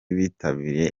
bitabiriye